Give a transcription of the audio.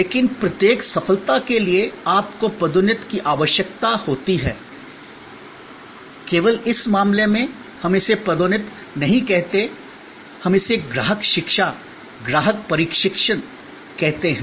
लेकिन प्रत्येक सफलता के लिए आपको पदोन्नति की आवश्यकता होती है केवल इस मामले में हम इसे पदोन्नति नहीं कहते हैं हम इसे ग्राहक शिक्षा ग्राहक प्रशिक्षण कहते हैं